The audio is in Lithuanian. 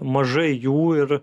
mažai jų ir